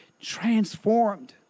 transformed